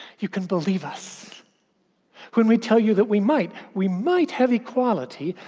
you can believe us when we tell you that we might, we might have equality,